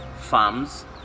farms